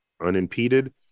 unimpeded